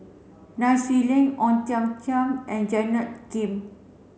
Nai Swee Leng Ong Tiong Khiam and Janet Lim